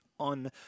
on